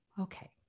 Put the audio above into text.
okay